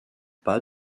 pas